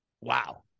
wow